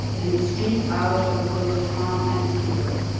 and it streamed out over both farm and field.